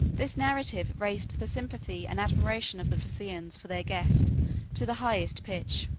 this narrative raised the sympathy and admiration of the phaeacians for their guest to the highest pitch.